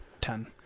ten